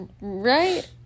right